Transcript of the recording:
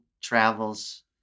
travels